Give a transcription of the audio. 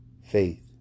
faith